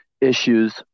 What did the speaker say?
issues